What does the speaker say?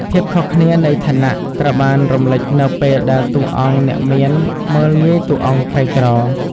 ភាពខុសគ្នានៃឋានៈ ត្រូវបានរំលេចនៅពេលដែលតួអង្គអ្នកមានមើលងាយតួអង្គក្រីក្រ។